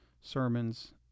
sermons